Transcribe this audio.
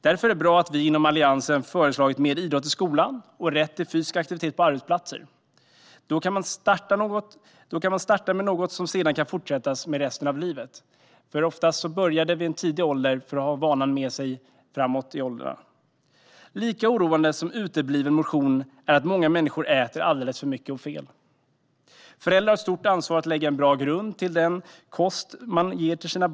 Därför är det bra att vi inom Alliansen har föreslagit mer idrott i skolan och rätt till fysisk aktivitet på arbetsplatser. Då kan man starta med något som man sedan kan fortsätta med resten av livet. Om man börjar i en tidig ålder har man vanan med sig uppåt i åldrarna. Lika oroande som utebliven motion är att många människor äter alldeles för mycket och fel. Föräldrar har ett stort ansvar för att lägga en bra grund för sina barn genom den kost de ger dem.